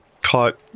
caught